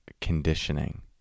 conditioning